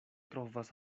trovas